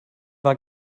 war